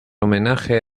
homenaje